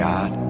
God